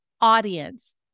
audience